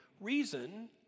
reason